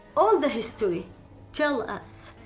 all the history tell us,